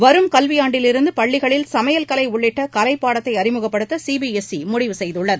வரும் கல்வியாண்டிலிருந்து பள்ளிகளில் சமையல் கலை உள்ளிட்ட கலைப் பாடத்தை அறிமுகப்படுத்த சி பி எஸ் சி முடிவு செய்துள்ளது